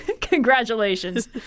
Congratulations